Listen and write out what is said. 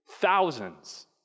Thousands